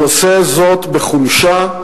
הוא עושה זאת בחולשה,